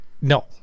No